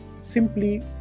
simply